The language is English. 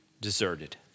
deserted